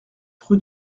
rue